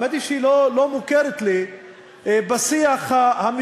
האמת היא שהיא לא מוכרת לי בשיח המשפטי,